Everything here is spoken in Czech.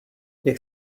jak